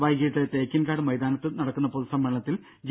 വൈകീട്ട് തേക്കിൻകാട് മൈതാനത്ത് നടക്കുന്ന പൊതുസമ്മേളനത്തിൽ ജെ